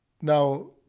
Now